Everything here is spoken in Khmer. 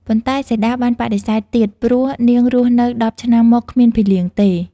ប៉ុន្តែសីតា បានបដិសេធទៀតព្រោះនាងរស់នៅ១០ឆ្នាំមកគ្មានភីលៀងទេ។